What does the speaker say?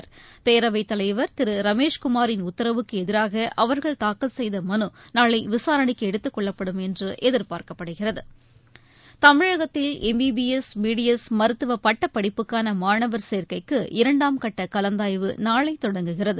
தலைவர் பேரவைத் திருரமேஷ் குமாரின் உத்தரவுக்குஎதிராகஅவர்கள் தாக்கல் செய்தமனுநாளைவிசாரணைக்குஎடுத்துக்கொள்ளப்படும் என்றுஎதிர்பார்க்கப்படுகிறது தமிழகத்தில் எம்பிபிஎஸ் பிடிஎஸ் மருத்துவபட்டப் படிப்புக்கானமாணவர் சேர்க்கைக்கு இரண்டாம் கட்டகலந்தாய்வு நாளைதொடங்குகிறது